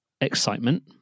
excitement